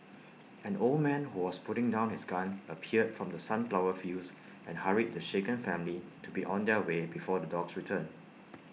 an old man who was putting down his gun appeared from the sunflower fields and hurried the shaken family to be on their way before the dogs return